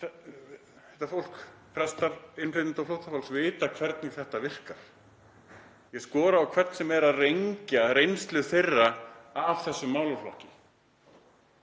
Þetta fólk, prestar innflytjenda og flóttafólks, veit hvernig þetta virkar. Ég skora á hvern sem er að rengja reynslu þeirra af þessum málaflokki,